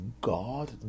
God